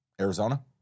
arizona